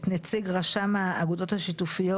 שר הכלכלה מבקש להחליף את נציג רשם האגודות השיתופיות.